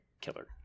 killer